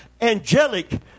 angelic